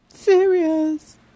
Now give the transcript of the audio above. serious